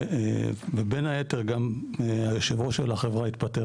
ובין היתר גם יושב ראש החברה התפטר,